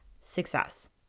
success